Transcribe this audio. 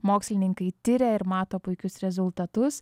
mokslininkai tiria ir mato puikius rezultatus